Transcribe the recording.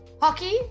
hockey